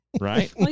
Right